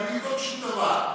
בלי לבדוק שום דבר.